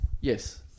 Yes